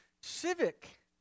civic